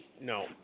no